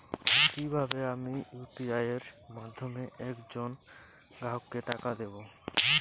কিভাবে আমি ইউ.পি.আই এর মাধ্যমে এক জন গ্রাহককে টাকা দেবো?